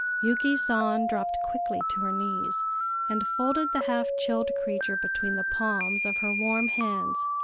yuki san dropped quickly to her knees and folded the half-chilled creature between the palms of her warm hands.